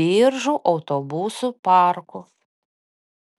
biržų autobusų parku